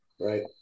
right